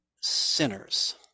sinners